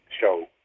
show